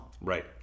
right